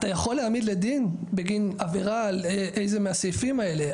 אתה יכול להעמיד לדין בגין עבירה על איזה מהסעיפים האלה,